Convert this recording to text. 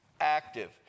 active